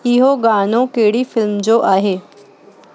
इहो गानो कहिड़ी फिल्म जो आहे